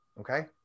Okay